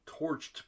torched